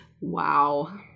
Wow